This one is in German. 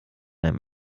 einem